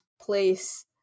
place